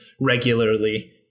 regularly